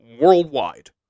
worldwide